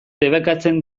debekatzen